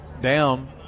down